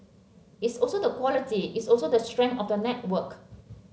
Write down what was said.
it's also the quality it's also the strength of the network